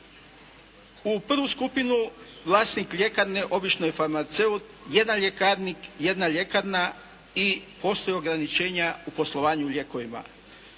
U prvu skupinu vlasnik ljekarne obično je farmaceut, jedan ljekarnik, jedna ljekarna i postoje ograničenja u poslovanju lijekovima.